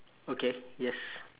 okay yes